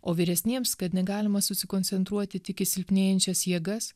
o vyresniems kad negalima susikoncentruoti tik į silpnėjančias jėgas